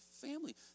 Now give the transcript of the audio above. family